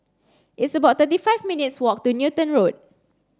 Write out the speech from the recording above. it's about thirty five minutes' walk to Newton Road